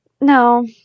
no